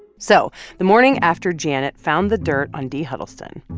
so the morning after janet found the dirt on dee huddleston,